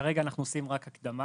כרגע אנחנו עושים רק הקדמה,